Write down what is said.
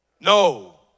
No